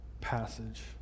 passage